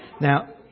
Now